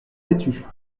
vêtue